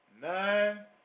nine